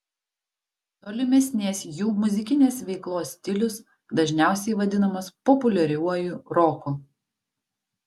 tolimesnės jų muzikinės veiklos stilius dažniausiai vadinamas populiariuoju roku